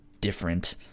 different